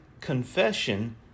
Confession